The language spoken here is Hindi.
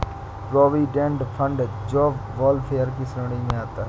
प्रोविडेंट फंड जॉब वेलफेयर की श्रेणी में आता है